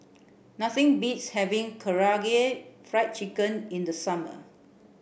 nothing beats having Karaage Fried Chicken in the summer